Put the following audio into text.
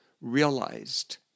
realized